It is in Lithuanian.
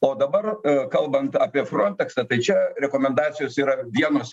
o dabar kalbant apie fronteksą tai čia rekomendacijos yra vienos